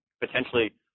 potentially